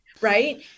Right